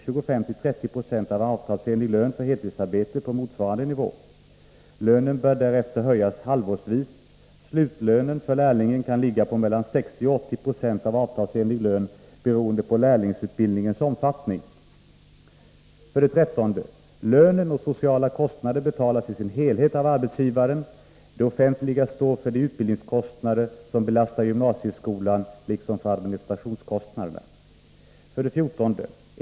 25-30 90 av avtalsenlig lön för heltidsarbete på motsvarande nivå. Lönen bör därefter höjas halvårsvis. Slutlönen för lärlingen kan ligga på mellan 60 och 80 96 av avtalsenlig lön, beroende på lärlingsutbildningens omfattning. 13. Lönen och sociala kostnader betalas i sin helhet av arbetsgivaren. Det offentliga står för de utbildningskostnader som belastar gymnasieskolan liksom för administrationskostnaderna. 14.